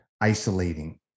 isolating